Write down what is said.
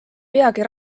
peagi